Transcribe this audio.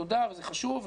תודה וזה חשוב,